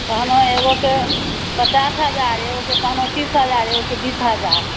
कहलहुॅं एगो के पचास हजार एगो के कहलहुॅं तीस हजार एगो के बीस हजार